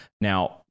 Now